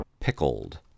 Pickled